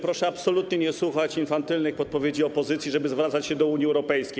Proszę absolutnie nie słuchać infantylnych podpowiedzi opozycji, żeby zwracać się do Unii Europejskiej.